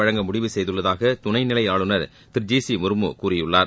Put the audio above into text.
வழங்க முடிவு செய்துள்ளதாக துணைநிலை ஆளுநர் திரு ஜி சி முர்மு கூறியுள்ளார்